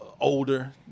older